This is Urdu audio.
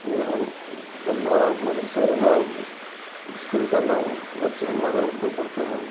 میں ہم نام مدرسہ کا نام اسکول کا نام بچے ہمارے اردو پڑھتے ہیں